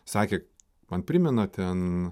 sakė man primena ten